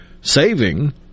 saving